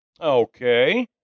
Okay